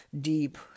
deep